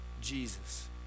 Jesus